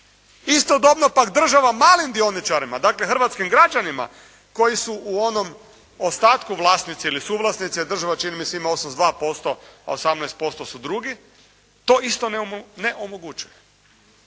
Istodobno pak država malim dioničarima, dakle hrvatskim građanima koji su u onom ostatku vlasnici ili suvlasnici, jer država čini mi se ima 82% a 18% su drugi, to isto ne omogućuje.